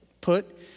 Put